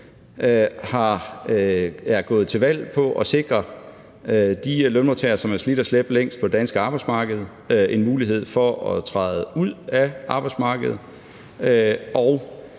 er gået til valg på i forhold til at sikre de lønmodtagere, som har slidt og slæbt længst på det danske arbejdsmarked, en mulighed for at træde ud af arbejdsmarkedet